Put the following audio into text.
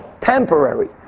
temporary